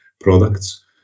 products